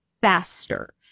faster